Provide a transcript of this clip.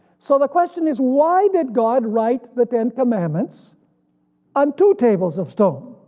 so the question is why did god write the ten commandments on two tables of stone?